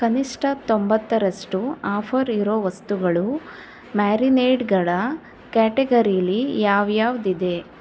ಕನಿಷ್ಠ ತೊಂಬತ್ತರಷ್ಟು ಆಫರ್ ಇರೋ ವಸ್ತುಗಳು ಮ್ಯಾರಿನೇಡ್ಗಳ ಕ್ಯಾಟಗರೀಲಿ ಯಾವ್ಯಾವಿವೆ